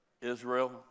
Israel